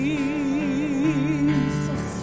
Jesus